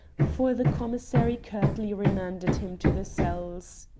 for the commissary curtly remanded him to the cells.